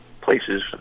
places